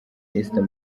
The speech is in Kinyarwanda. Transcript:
esther